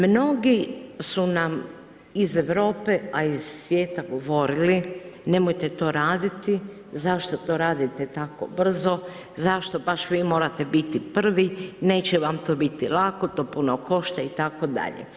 Mnogi su nam iz Europe, a i iz svijeta govorili, nemojte to raditi, zašto to radite tako brzo, zašto baš vi morate biti prvi, neće vam to biti lako, to puno košta itd.